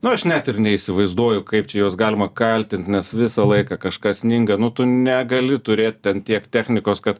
nu aš net ir neįsivaizduoju kaip čia juos galima kaltint nes visą laiką kažkas sninga nu tu negali turėt ten tiek technikos kad